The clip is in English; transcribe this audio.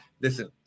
Listen